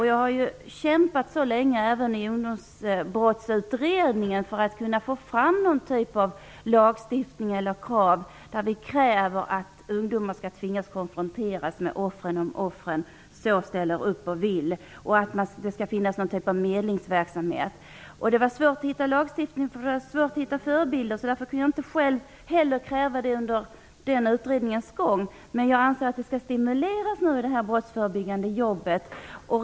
Jag har kämpat så länge, även i Ungdomsbrottsutredningen, för att få fram någon typ av lagstiftning eller krav på att ungdomar skall tvingas konfronteras med offren om offren ställer upp på det och vill och att det skall finnas någon typ av medlingsverksamhet. Det var svårt att hitta förebilder, så därför kunde jag själv inte kräva det under utredningens gång. Men jag anser att detta skall stimuleras i det brottsförebyggande arbete som nu pågår.